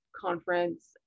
conference